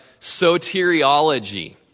soteriology